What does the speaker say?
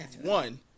One